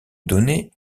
données